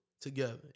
together